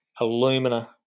Alumina